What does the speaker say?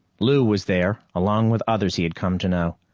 lou was there, along with others he had come to know.